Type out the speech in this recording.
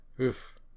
oof